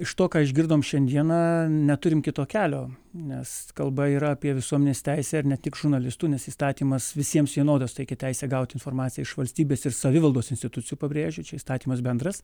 iš to ką išgirdom šiandieną neturime kito kelio nes kalba yra apie visuomenės teisę ir ne tik žurnalistų nes įstatymas visiems vienodas taigi teisę gauti informaciją iš valstybės ir savivaldos institucijų pabrėžiu čia įstatymas bendras